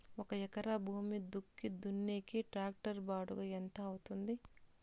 ఒక ఎకరా భూమి దుక్కి దున్నేకి టాక్టర్ బాడుగ ఎంత అవుతుంది?